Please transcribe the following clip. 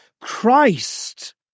Christ